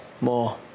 more